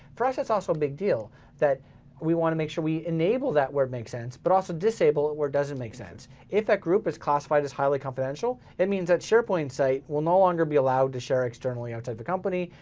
for us it's also a big deal that we wanna make sure we enable that where it makes sense, but also disable it where it doesn't make sense. if that group is classified as highly confidential, it means that sharepoint site will no longer be allowed to share externally outside the company.